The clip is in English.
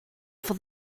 for